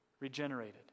Regenerated